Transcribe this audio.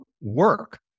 work